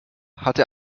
hatte